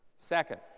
Second